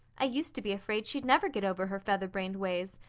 i used to be afraid she'd never get over her featherbrained ways,